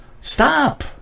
stop